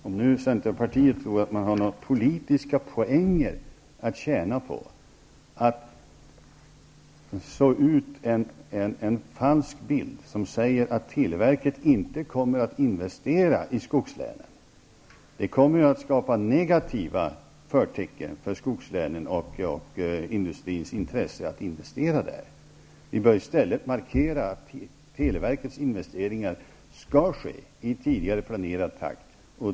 Om nu Centerpartiet tror att man har några politiska poäng att tjäna på att måla upp en falsk bild som säger att televerket inte kommer att investera i skogslänen, kan jag bara säga att det kommer att skapa negativa förtecken för skogslänen och industrins intresse att investera där. Vi bör i stället markera att televerkets investeringar skall ske i tidigare planerad takt.